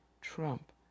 Trump